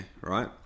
right